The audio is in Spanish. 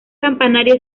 campanario